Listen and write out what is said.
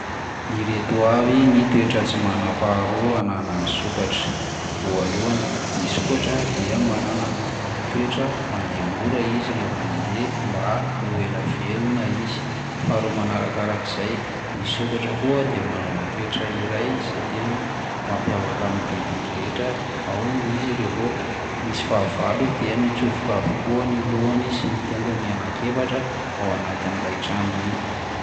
Ireto avy ny toetra tsy manam-paharoa ananan'ny sokatra: voalohany, ny sokatra dia manana toetra mandeha mora izy raha vao mandeha mba ho ela velona izy; faharoa manarakarak'izay, ny sokatra koa dia manana toetra iray zay tena mampiavaka amin'ny biby rehetra, ao ny izy raha vao misy fahavalo dia mitsofoka avokoa ny lohany sy ny tongony anankiefatra ao anatin'ilay tranony iny.